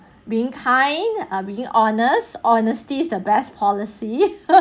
being kind ah being honest honesty is the best policy